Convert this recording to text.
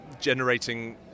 generating